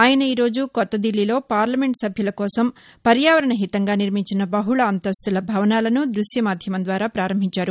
ఆయన ఈరోజు కొత్తదిల్లీలో పార్లమెంట్ సభ్యుల కోసం పర్యాపరణహితంగా నిర్మించిన బహుళ అంతస్తుల భవనాలను దృశ్య మాధ్యమం ద్వారా ప్రారంభించారు